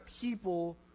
people